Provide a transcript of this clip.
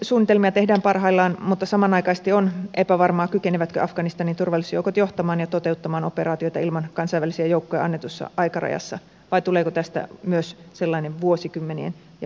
vetäytymissuunnitelmia tehdään parhaillaan mutta samanaikaisesti on epävarmaa kykenevätkö afganistanin turvallisuusjoukot johtamaan ja toteuttamaan operaatioita ilman kansainvälisiä joukkoja annetussa aikarajassa vai tuleeko tästä myös sellainen vuosikymmenien ja vuosikymmenien operaatio